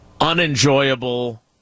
unenjoyable